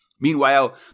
Meanwhile